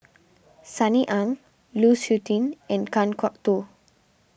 Sunny Ang Lu Suitin and Kan Kwok Toh